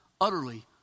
utterly